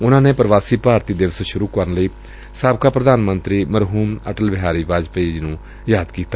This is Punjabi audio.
ਉਨੂਾ ਨੇ ਪੂਵਾਸੀ ਭਾਰਤੀ ਦਿਵਸ ਸੂਰੁ ਕਰਨ ਲਈ ਸਾਬਕਾ ਪੂਧਾਨ ਮੰਤਰੀ ਮਰਹੁਮ ਅਟਲ ਬਿਹਾਰੀ ਵਾਜਪੇਈ ਨੂੰ ਯਾਦ ਕੀਤਾ